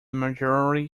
majority